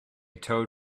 tow